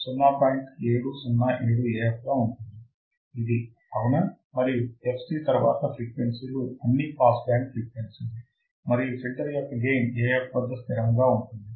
707 Af గా ఉంటుంది ఇది అవునా మరియు fc తరువాత ఫ్రీక్వెన్సీలు అన్ని పాస్ బ్యాండ్ ఫ్రీక్వెన్సీలే మరియు ఫిల్టర్ యొక్క గెయిన్ Af వద్ద స్థిరముగా ఉంటుంది